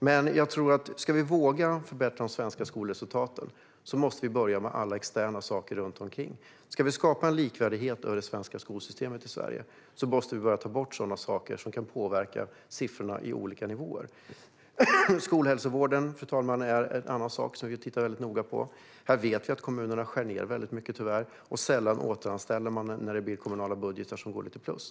Men om vi ska våga förbättra de svenska skolresultaten måste vi börja med alla externa saker runt omkring. Om vi ska skapa en likvärdighet i det svenska skolsystemet i Sverige måste vi ta bort sådant som kan påverka siffrorna i olika nivåer. Skolhälsovården är en annan fråga vi tittar noga på. Här vet vi att kommunerna tyvärr skär ned mycket och sällan återanställer när väl en kommunal budget går lite plus.